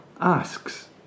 asks